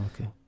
okay